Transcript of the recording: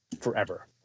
forever